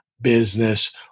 business